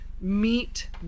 meet